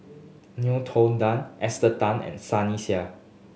Ngiam Tong Dow Esther Tan and Sunny Sia